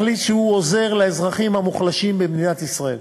ויחליט שהוא עוזר לאזרחים המוחלשים במדינת ישראל